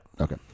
Okay